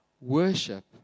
worship